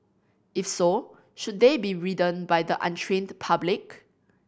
if so should they be ridden by the untrained public